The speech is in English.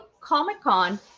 Comic-Con